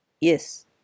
Yes